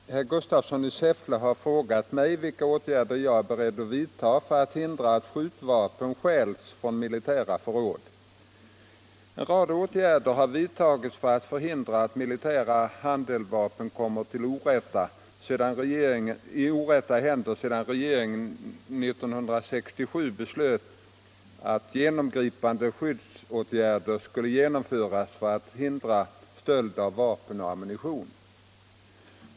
Herr talman! Herr Gustafsson i Säffle har frågat mig vilka åtgärder jag är beredd att vidta för att hindra att skjutvapen stjäls från militära förråd. En rad åtgärder har vidtagits för att förhindra att militära handeldvapen kommer i orätta händer, sedan regeringen år 1967 beslöt att genomgripande skyddsåtgärder skulle genomföras för att hindra stöld av vapen och ammunition.